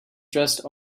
dressed